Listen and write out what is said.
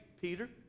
Peter